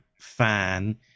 fan